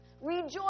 Rejoice